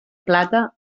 plata